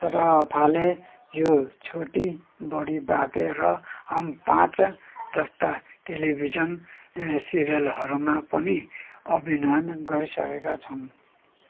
सराफले यो छोटी बडी बातेँ र हम पाँच जस्ता टेलिभिजन सिरियलहरूमा पनि अभिनय गरिसकेका छन्